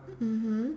mmhmm